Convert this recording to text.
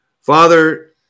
Father